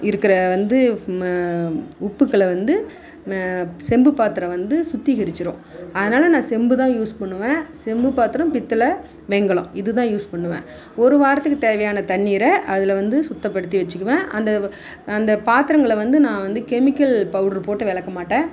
இருக்கிற வந்து உப்புக்களை வந்து செம்புப் பாத்திரம் வந்து சுத்தீகரித்திரும் அதனால் நான் செம்பு தான் யூஸ் பண்ணுவேன் செம்பு பாத்திரம் பித்தளை வெண்கலம் இது தான் யூஸ் பண்ணுவேன் ஒரு வாரத்துக்கு தேவையான தண்ணீரை அதில் வந்து சுத்தப்படுத்தி வச்சுக்குவேன் அந்த அந்த பாத்திரங்களை வந்து நான் வந்து கெமிக்கல் பவுடர் போட்டு வெளக்க மாட்டேன்